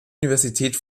universität